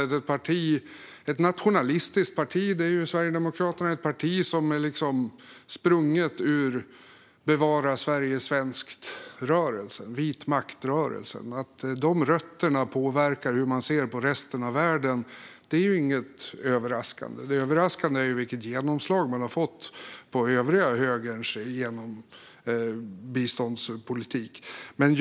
Sverigedemokraterna är ett nationalistiskt parti sprunget ur Bevara Sverige svenskt-rörelsen, vitmaktrörelsen. Att de rötterna påverkar hur man ser på resten av världen är inget överraskande. Det överraskande är vilket genomslag man har fått i den övriga högerns biståndspolitik.